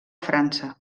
frança